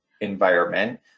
environment